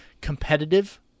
competitive